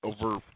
over